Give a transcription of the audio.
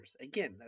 Again